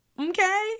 Okay